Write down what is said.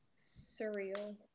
Surreal